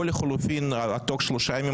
או לחילופין תוך שלושה ימים,